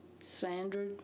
Sandra